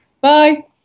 Bye